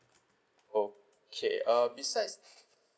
okay uh besides